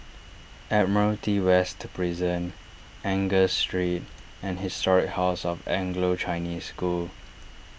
Admiralty West Prison Angus Street and Historic House of Anglo Chinese School